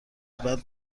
بعد